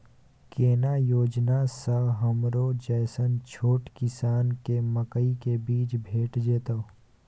केना योजना स हमरो जैसन छोट किसान के मकई के बीज भेट जेतै?